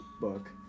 book